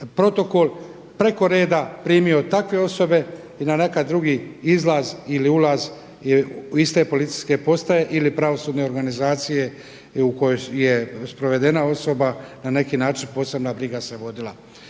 protokol preko reda primio takve osobe i na neki drugi izlaz ili ulaz iste policijske postaje ili pravosudne organizacije u kojoj je sprovedena osoba na neki način posebna briga se vodila.